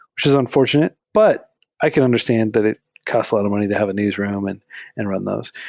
which is unfortunate, but i can understand that it costs a lot of money to have a newsroom and and run those.